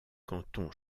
canton